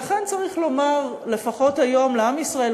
לכן צריך לומר לפחות היום לעם ישראל,